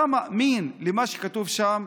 אתה מאמין למה שכתוב שם?